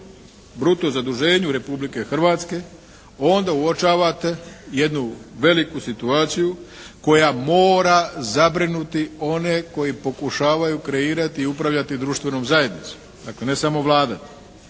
bruto zaduženju Republike Hrvatske onda uočavate jednu veliku situaciju koja mora zabrinuti one koji pokušavaju kreirati i upravljati društvenom zajednicom, dakle ne samo Vlada,